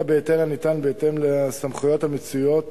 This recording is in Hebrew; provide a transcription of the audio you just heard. אלא בהיתר הניתן בהתאם לסמכויות המצויות